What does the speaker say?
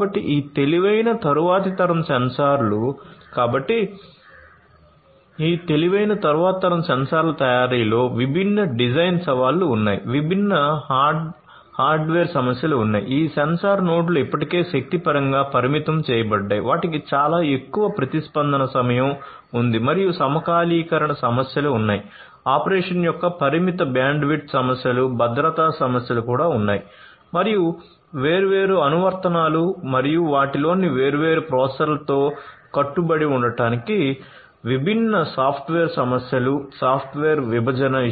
కాబట్టి ఈ తెలివైన తరువాతి తరం సెన్సార్ల